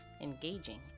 engaging